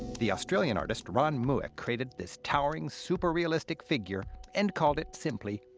the australian artist ron mueck created this towering super-realistic figure and called it, simply,